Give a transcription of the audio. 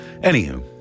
Anywho